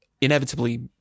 inevitably